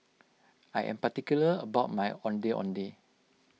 I am particular about my Ondeh Ondeh